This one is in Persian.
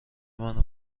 منو